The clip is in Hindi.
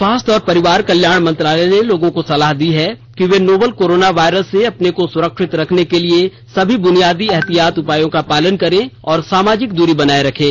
स्वास्थ्य और परिवार कल्याण मंत्रालय ने लोगों को सलाह दी है कि वे नोवल कोरोना वायरस से अपने को सुरक्षित रखने के लिए सभी बुनियादी एहतियाती उपायों का पालन करे और सामाजिक दूरी बनाए रखें